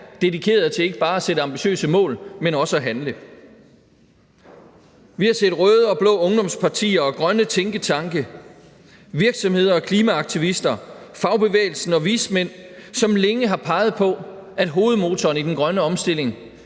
dedikeret til ikke bare at sætte ambitiøse mål, men også til at handle. Vi har set røde og blå ungdomspartier og grønne tænketanke, virksomheder og klimaaktivister, fagbevægelsen og vismænd, som længe har peget på, at hovedmotoren i den grønne omstilling